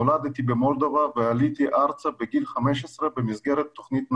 נולדתי במולדובה ועליתי ארצה בגיל 15 במסגרת תוכנית נעל"ה,